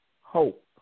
hope